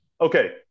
okay